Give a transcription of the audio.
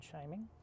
shaming